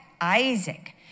Isaac